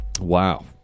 Wow